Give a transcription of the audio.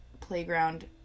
playground